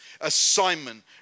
assignment